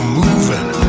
moving